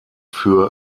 für